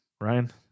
Ryan